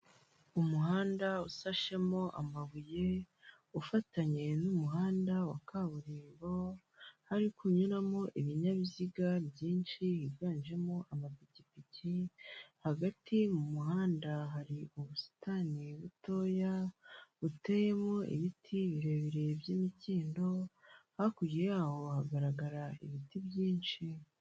Umuhanda usashemo amabuye, ufatanye n'umuhanda wa kaburimbo, hari kunyuramo ibinyabiziga byinshi, higanjemo amapikipiki, hagati mu muhanda hari ubusitani butoya buteyemo ibiti birebire by'imikindo, hakurya yaho hagaragara ibiti byinshi.